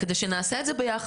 כדי שנעשה את זה ביחד.